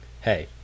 hey